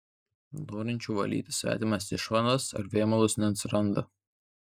norinčių valyti svetimas išmatas ar vėmalus neatsiranda